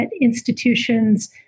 institutions